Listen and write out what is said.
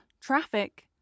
Traffic